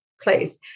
place